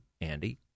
Andy